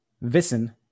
Wissen